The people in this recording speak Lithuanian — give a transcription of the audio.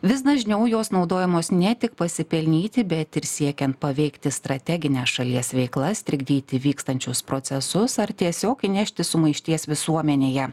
vis dažniau jos naudojamos ne tik pasipelnyti bet ir siekiant paveikti strategines šalies veiklas trikdyti vykstančius procesus ar tiesiog įnešti sumaišties visuomenėje